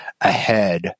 ahead